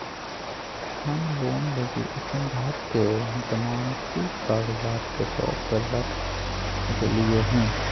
हम लोन लगी अप्पन घर के जमानती कागजात के तौर पर रख देलिओ हें